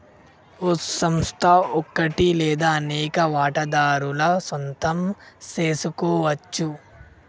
ఓ సంస్థ ఒకటి లేదా అనేక వాటాదారుల సొంతం సెసుకోవచ్చు